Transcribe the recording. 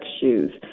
shoes